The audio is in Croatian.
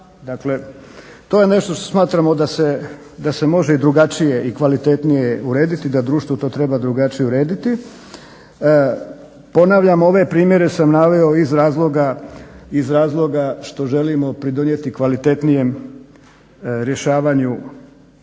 Dakle to je nešto što smatramo da se može i drugačije i kvalitetnije urediti, da društvo to treba drugačije urediti. Ponavljam ove primjere sam naveo iz razloga što želimo pridonijeti kvalitetnijem rješavanju